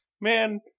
man